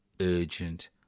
urgent